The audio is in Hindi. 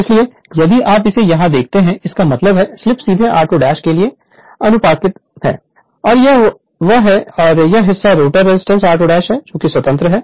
इसलिए यदि आप इसे यहां देखते हैं इसका मतलब है स्लीप सीधे r2 के लिए आनुपातिक है और यह यह है और यह हिस्सा रोटर रेजिस्टेंस r2 से स्वतंत्र है